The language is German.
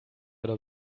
oder